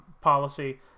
policy